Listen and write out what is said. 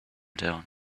down